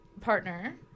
partner